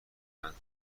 مند